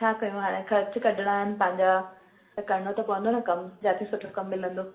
छा कयूं हाणे ख़र्च कढिणा आहिनि पंहिंजा त करिणो त पवंदो न कमु जिते सुठो कमु मिलंदो